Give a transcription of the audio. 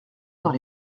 dans